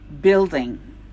building